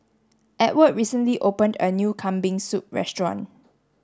Edward recently opened a new Kambing Soup restaurant